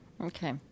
Okay